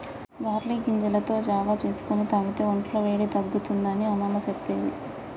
barley గింజలతో జావా చేసుకొని తాగితే వొంట్ల వేడి తగ్గుతుంది అని అమ్మమ్మ చెప్పేది